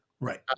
Right